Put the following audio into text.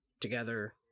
together